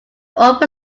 open